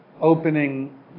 opening